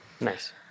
Nice